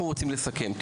אנחנו רוצים לסכם.